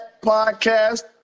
podcast